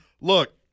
Look